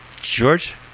George